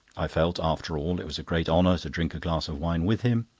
i felt, after all, it was a great honour to drink a glass of wine with him,